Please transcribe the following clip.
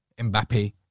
mbappe